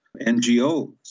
NGOs